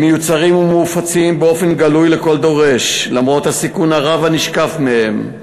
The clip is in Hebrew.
הם מיוצרים ומופצים באופן גלוי לכל דורש למרות הסיכון הרב הנשקף מהם.